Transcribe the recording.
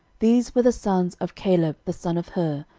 these were the sons of caleb the son of hur,